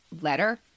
letter